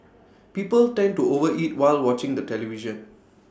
people tend to overeat while watching the television